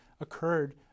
occurred